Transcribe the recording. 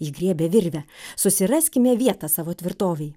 ji griebė virvę susiraskime vietą savo tvirtovei